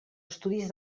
estudis